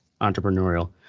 entrepreneurial